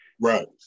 right